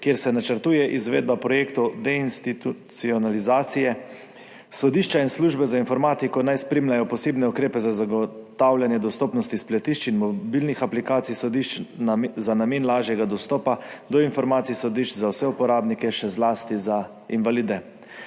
kjer se načrtuje izvedbaprojektov deinstitucionalizacije. Sodišča in službe za informatiko naj spremljajo posebne ukrepe za zagotavljanje dostopnosti spletišč in mobilnih aplikacij sodišč za namen lažjega dostopa do informacij sodišč za vse uporabnike, še zlasti za invalide.